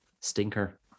stinker